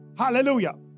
Hallelujah